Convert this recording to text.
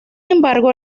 embargo